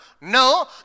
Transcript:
No